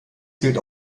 zählt